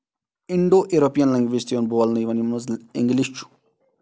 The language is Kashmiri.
انڈو یورپین لینگویج تہِ یِوان بولنہٕ یِمن منٛز اِنگلِش چھُ